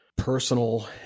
Personal